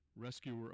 rescuer